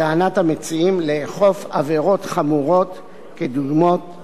עבירות חמורות דוגמת רצח ואונס.